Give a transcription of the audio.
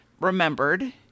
remembered